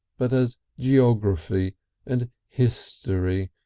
but as geography and history,